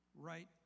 right